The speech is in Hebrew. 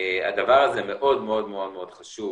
הדבר הזה מאוד חשוב